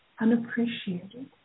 unappreciated